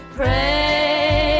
pray